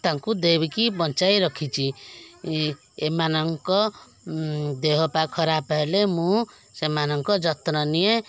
ତାଙ୍କୁ ଦେଇକି ବଞ୍ଚାଇ ରଖିଛି ଏମାନଙ୍କ ଦେହପା ଖରାପ ହେଲେ ମୁଁ ସେମାନଙ୍କ ଯତ୍ନ ନିଏ